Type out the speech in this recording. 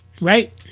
Right